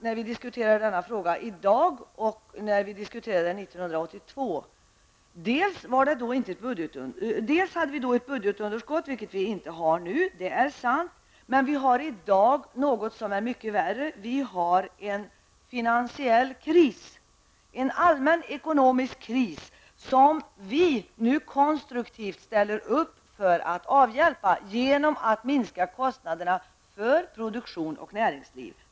När vi diskuterade dessa frågor år 1982 var förhållandena vitt skilda från dem som gäller i dag. Då hade vi ett budgetunderskott, vilket vi inte har i dag. Men i dag har vi något som är mycket värre, nämligen en finansiell kris, en allmän ekonomisk kris som vi moderater vill hjälpa till att lösa på ett konstruktivt sätt genom att minska kostnaderna för produktion och näringsliv.